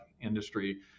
industry